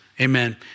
Amen